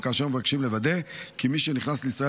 או כאשר מבקשים לוודא כי מי שנכנס לישראל